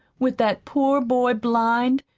with that poor boy blind,